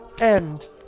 end